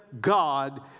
God